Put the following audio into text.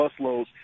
busloads